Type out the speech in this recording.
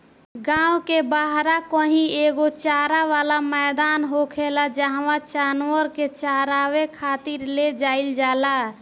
गांव के बाहरा कही एगो चारा वाला मैदान होखेला जाहवा जानवर के चारावे खातिर ले जाईल जाला